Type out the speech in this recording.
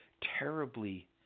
terribly